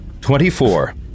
Twenty-four